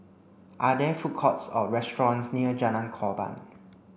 are there food courts or restaurants near Jalan Korban